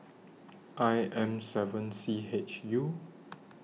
I M seven C H U